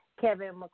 Kevin